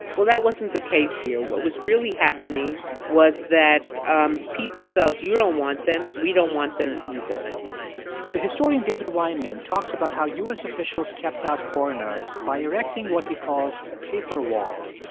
well, that wasn't the case here. what was really happening was that um people felt you don't want them. we don't want them either the historian david wyman talks about how officials kept out foreigners by erecting what he calls paper walls,